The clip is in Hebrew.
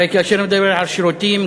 הרי כאשר מדברים על שירותים,